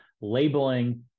labeling